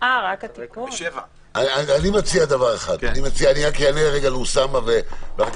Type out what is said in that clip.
יש לנו כמה